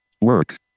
Work